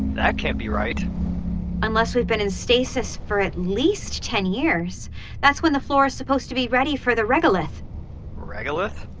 that can't be right unless we've been in stasis for at least ten years that's when the flora was supposed to be ready for the regolith regolith?